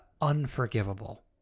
unforgivable